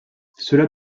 cela